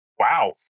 wow